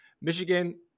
Michigan